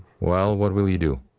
well, what will you do,